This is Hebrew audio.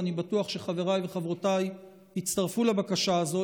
ואני בטוח שחבריי וחברותיי יצטרפו לבקשה הזאת,